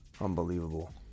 unbelievable